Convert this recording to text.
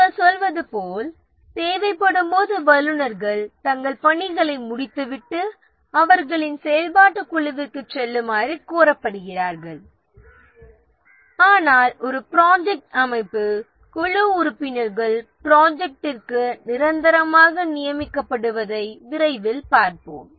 நீங்கள் சொல்வது போல் தேவைப்படும் போது வல்லுநர்கள் தங்கள் பணிகளை முடித்துவிட்டு அவர்களின் செயல்பாட்டுக் குழுவிறரப்படுகிறார்கள் ஆனால் ஒரு ப்ராஜெக்ட் அமைப்பில் குழு உறுப்பினர்கள் ப்ராஜெக்டிற்கு நிரந்தரமாக நியமிக்கப்படுவதை விரைவில் பார்ப்போம்